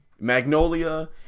magnolia